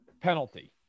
Penalty